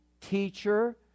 teacher